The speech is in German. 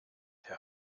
herr